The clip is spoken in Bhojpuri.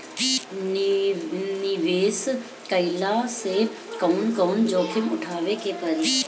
निवेस कईला मे कउन कउन जोखिम उठावे के परि?